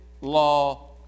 law